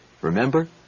Remember